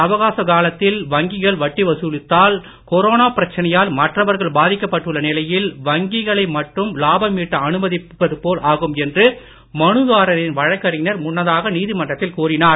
அவகாச காலத்தில் வங்கிகள் வட்டி வசூலித்தால் கொரோனா பிரச்சனையால் மற்றவர்கள் பாதிக்கப்பட்டுள்ள நிலையில் வங்கிகளை மட்டும் லாபம் ஈட்ட அனுமதிப்பது போல் ஆகும் என்று மனுதாரரின் வழக்கறிஞர் முன்னதாக நீதிமன்றத்தில் கூறினார்